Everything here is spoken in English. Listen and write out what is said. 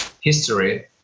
history